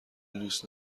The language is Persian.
دوست